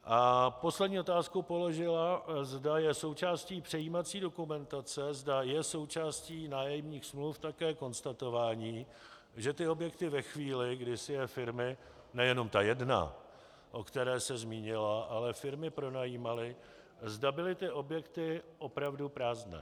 A poslední otázku položila, zda je součástí přejímací dokumentace, zda je součástí nájemních smluv také konstatování, že ty objekty ve chvíli, kdy si je firmy, nejenom ta jedna, o které se zmínila, ale firmy pronajímaly, zda byly ty objekty opravdu prázdné.